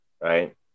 right